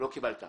לא קיבלתי.